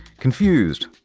confused,